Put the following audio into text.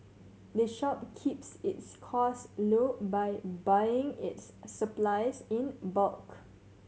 the shop keeps its costs low by buying its supplies in bulk